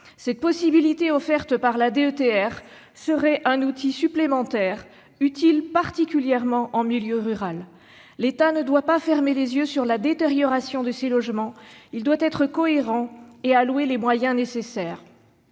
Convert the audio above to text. de péril. Le recours à la DETR serait un outil supplémentaire, particulièrement utile en milieu rural. L'État ne doit pas fermer les yeux sur la détérioration de ces logements. Il doit être cohérent et allouer les moyens nécessaires.